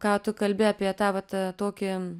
ką tu kalbi apie tą vat tokį